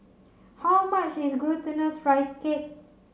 how much is Glutinous Rice Cake